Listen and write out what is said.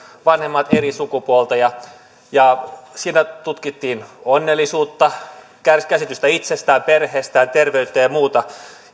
vanhemmat ovat eri sukupuolta siinä tutkittiin onnellisuutta käsitystä itsestään perheestään terveyttä ja ja muuta